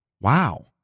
Wow